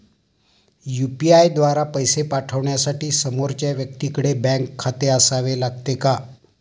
UPI द्वारा पैसे पाठवण्यासाठी समोरच्या व्यक्तीकडे बँक खाते असावे लागते का?